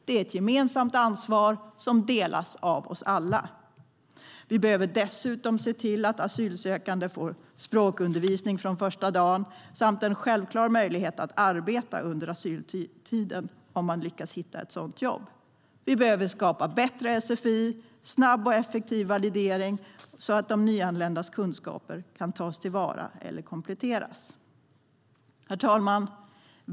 Det är ett gemensamt ansvar som delas av oss alla. Herr talman!